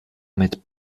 mit